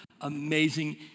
amazing